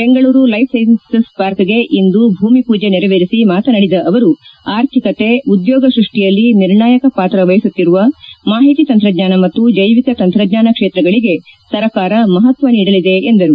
Bengaluru life sciences ಪಾರ್ಕ್ಗೆ ಇಂದು ಭೂಮಿಪೂಜೆ ನೆರವೇರಿಸಿ ಮಾತನಾಡಿದ ಅವರು ಆರ್ಥಿಕತೆ ಉದ್ಯೋಗ ಸೃಷ್ಷಿಯಲ್ಲಿ ನಿರ್ಣಾಯಕ ಪಾತ್ರ ವಹಿಸುತ್ತಿರುವ ಮಾಹಿತಿ ತಂತ್ರಜ್ಞಾನ ಮತ್ತು ಜೈವಿಕ ತಂತ್ರಜ್ಞಾನ ಕ್ಷೇತ್ರಗಳಿಗೆ ಸರಕಾರ ಮಹತ್ವ ನೀಡಲಿದೆ ಎಂದರು